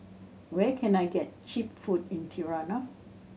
where can I get cheap food in Tirana